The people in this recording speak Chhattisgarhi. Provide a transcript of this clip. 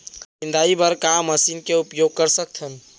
निंदाई बर का मशीन के उपयोग कर सकथन?